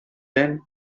then